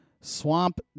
Swamp